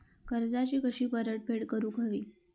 कर्जाची कशी परतफेड करूक हवी?